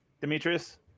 Demetrius